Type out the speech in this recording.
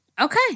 Okay